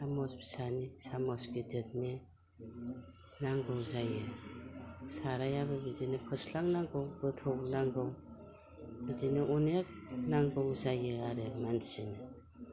संनाय साम'स फिसानि साम'स गिदोरनि नांगौ जायो सारायाबो बिदिनो फोस्लां नांगौ गोथौ नांगौ बिदिनो अनेग नांगौ जायो आरो मानसिनो